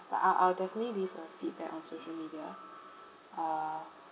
but I'll I'll definitely leave a feedback on social media uh